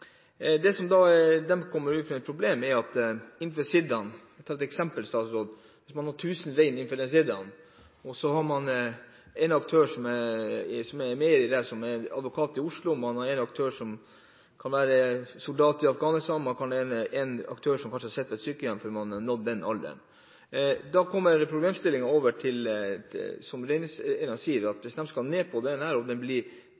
De får da et problem i sidaene. Jeg har et eksempel: Hvis man har 1 000 rein i en sida, og så har man en aktør som er advokat i Oslo, man har en aktør som er soldat i Afghanistan, og man kan ha en aktør som kanskje sitter på et sykehjem fordi man er nådd den alderen. Da blir problemstillingen til reindriftseierne: Hvis de skal ned i antall rein og blir tatt på den totale rammen, har man ikke nok rein for dem som